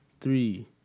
three